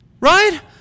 Right